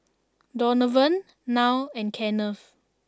Donovan Nile and Kenneth